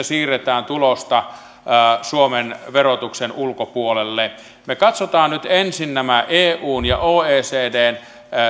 siirretään tulosta suomen verotuksen ulkopuolelle me katsomme nyt ensin nämä eun ja oecdn